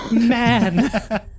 man